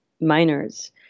minors